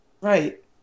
Right